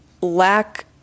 lack